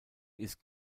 ist